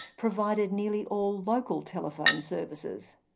provided nearly all local telephone services.